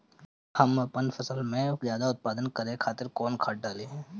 हम आपन फसल में उत्पादन ज्यदा करे खातिर कौन खाद डाली?